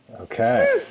Okay